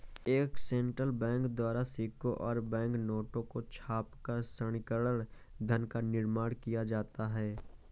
एक central bank द्वारा सिक्कों और बैंक नोटों को छापकर संकीर्ण धन का निर्माण किया जाता है